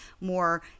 more